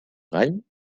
gall